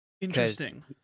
Interesting